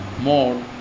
more